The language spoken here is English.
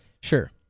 Sure